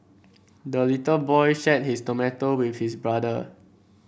the little boy shared his tomato with his brother